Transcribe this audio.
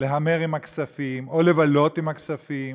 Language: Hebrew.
להמר עם הכספים או לבלות עם הכספים